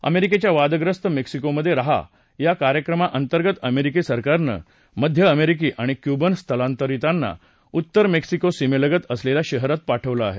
अमेरिकेच्या वादग्रस्त मेक्सिकोमध्ये राहा या कार्यक्रमाअंतर्गत अमेरिकी सरकारनं मध्य अमेरिकी आणि क्युबन स्थलांतरितांना उत्तर मेक्सिको सीमेलगत असलेल्या शहरात पाठवलं आहे